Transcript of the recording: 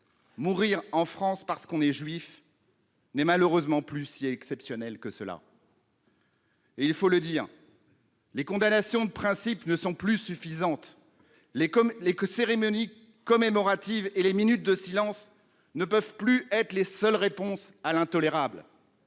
mourir en France parce qu'on est juif n'est malheureusement plus si exceptionnel que cela. Il faut le dire aussi, les condamnations de principe ne sont plus suffisantes, les cérémonies commémoratives et les minutes de silence ne peuvent plus être les seules réponses à l'intolérable.